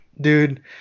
dude